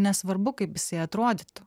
nesvarbu kaip jisai atrodytų